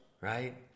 right